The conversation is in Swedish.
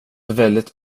väldigt